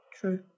True